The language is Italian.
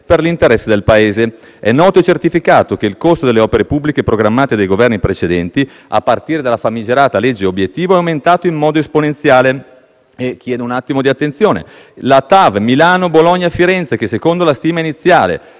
per l'interesse del Paese. È noto e certificato che il costo delle opere pubbliche programmate dai Governi precedenti a partire dalla famigerata legge obiettivo è aumentato in modo esponenziale. Chiedo un attimo di attenzione: la TAV Milano-Bologna-Firenze, che secondo la stima iniziale